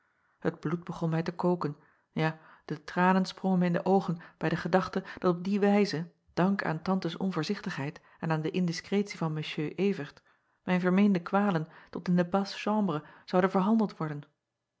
et bloed begon mij te koken ja de tranen sprongen mij in de oogen bij de gedachte dat op die wijze dank aan antes onvoorzichtigheid en aan de indiskretie van monsieur vert acob van ennep laasje evenster delen mijn vermeende kwalen tot in de basse chambre zouden verhandeld worden